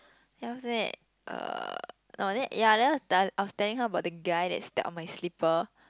then after that uh no then ya then I was tell I was telling about the guy that step on my slipper